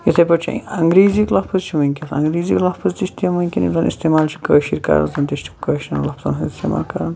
یِتھے پٲٹھۍ چھُ اَنٛگریٖزی لفظ چھِ ونکیٚس اَنٛگریٖزی لفظ تہِ چھِ تِم ونکیٚن یِم زَن اِستعمال چھِ کٲشِر کَران زَن تہِ چھِ کٲشرٮ۪ن لَفظن ہنٛز اِستعمال کَران